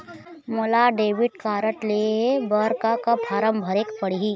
मोला debit card लेहे बर का का फार्म भरेक पड़ही?